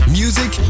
music